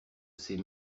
sait